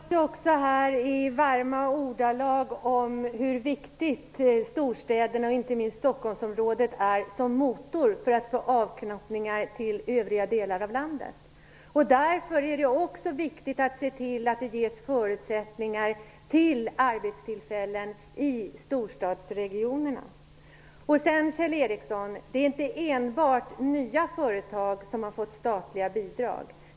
Fru talman! Det talades också här i varma ordalag om hur viktiga storstäderna -- och inte minst Stockholmsområdet -- är som motor när det gäller att få avknoppningar till övriga delar av landet. Därför är det viktigt att se till att det ges förutsättningar för arbetstillfällen i storstadsregionerna. Kjell Ericsson! Det är inte enbart nya företag som har fått statliga bidrag.